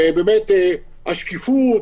השקיפות